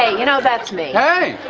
you know, that's me hey,